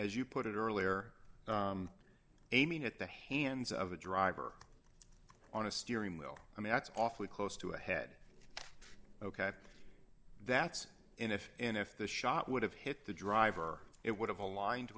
as you put it earlier aiming at the hands of a driver on a steering wheel i mean that's awfully close to a head ok that's and if and if the shot would have hit the driver it would have aligned